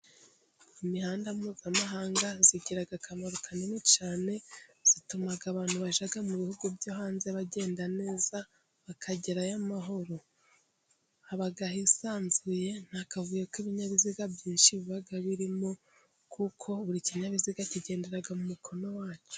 Imihanda mpuzamahanga igiraga akamaro kanini cyane. Ituma abantu bajya mu bihugu byo hanze bagenda neza bakagerayo amahoro. Haba hisanzuye, nta kavuyo k'ibinyabiziga byinshi biba birimo kuko buri kinyabiziga kigendera mu mukono wacyo.